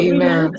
Amen